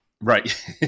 Right